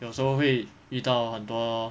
有时候会遇到很多